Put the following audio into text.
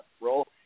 role